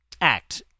act